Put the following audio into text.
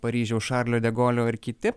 paryžiaus šarlio de golio ir kiti